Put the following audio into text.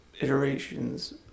iterations